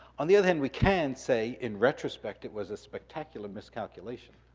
on the other hand, we can say in retrospect, it was a spectacular miscalculation.